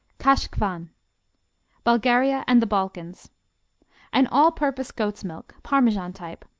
kash kwan bulgaria and the balkans an all-purpose goat's milk, parmesan type,